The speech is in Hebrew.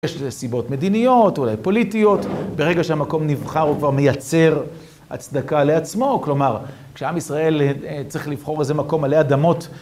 יש סיבות מדיניות, אולי פוליטיות, ברגע שהמקום נבחר הוא כבר מייצר הצדקה לעצמו. כלומר, כשעם ישראל צריך לבחור איזה מקום עלי אדמות...